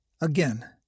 again